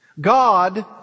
God